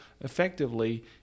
effectively